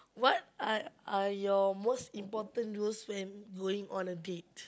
what are are your most important rules when going on a date